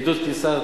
ולעידוד כניסה